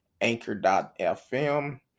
Anchor.fm